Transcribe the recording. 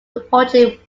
reportedly